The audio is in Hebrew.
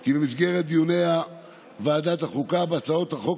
כי במסגרת דיוני ועדת החוקה בהצעות החוק